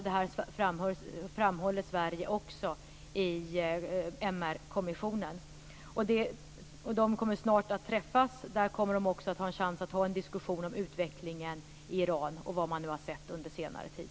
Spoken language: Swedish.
Det framhåller Sverige också i MR-kommissionen. De kommer snart att träffas. Där kommer man snart att ha en chans att ha en diskussion om utvecklingen i Iran och om vad man sett under senare tid.